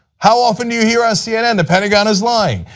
how often do you hear on cnn the pentagon is lying?